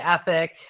ethic